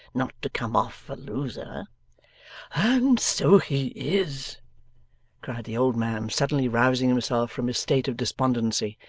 not to come off a loser and so he is cried the old man, suddenly rousing himself from his state of despondency,